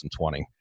2020